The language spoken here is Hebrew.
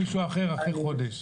כן.